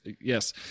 yes